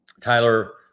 tyler